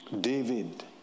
david